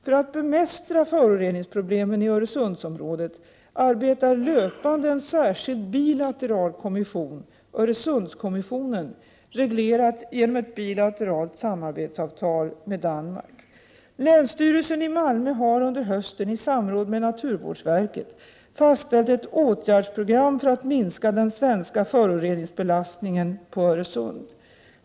För att bemästra föroreningsproblemen i Öresundsområdet arbetar löpande en särskild bilateral kommission, Öresundskommissionen. Denna är reglerad genom ett bilateralt samarbetsavtal med Danmark. Länsstyrelsen i Malmö har i samråd med naturvårdsverket under hösten fastställt ett åtgärdsprogram för att minska den svenska föroreningsbelastningen på Öresund.